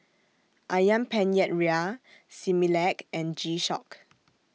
Ayam Penyet Ria Similac and G Shock